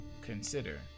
consider